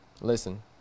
Listen